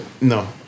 No